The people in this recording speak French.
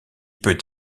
peut